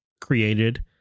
created